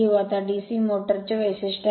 आता DC motor चे वैशिष्ट्य आहे